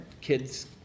kids